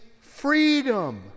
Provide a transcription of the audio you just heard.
freedom